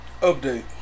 Update